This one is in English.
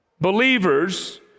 Believers